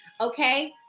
Okay